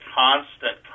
constant